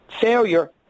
failure